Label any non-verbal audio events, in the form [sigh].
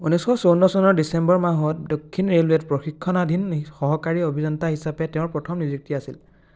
ঊনৈছশ চৌৱন্ন চনৰ ডিচেম্বৰ মাহত দক্ষিণ ৰেলৱেত প্ৰশিক্ষণাধীন [unintelligible] সহকাৰী অভিযন্তা হিচাপে তেওঁৰ প্ৰথম নিযুক্তি আছিল